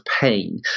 pain